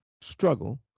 struggle